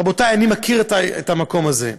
רבותיי, אני מכיר את המקום הזה.